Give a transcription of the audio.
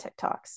TikToks